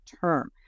term